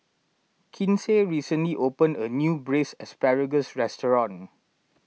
Kinsey recently opened a new Braised Asparagus restaurant